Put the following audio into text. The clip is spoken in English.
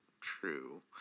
true